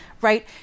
right